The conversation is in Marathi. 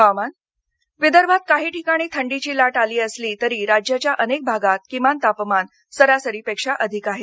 हवामान विदर्भात काही ठिकाणी थंडीची लाट आली असली तरी राज्याच्या अनेक भागात किमान तापमान सरासरीपेक्षा अधिक आहे